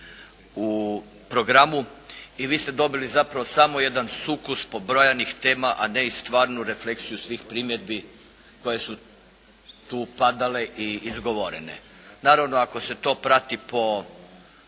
u programu. I vi ste dobili zapravo samo jedan sukus pobrojanih tema a ne i stvarnu refleksiju svih primjedbi koje su tu padale i izgovorene. Naravno, ako se to prati po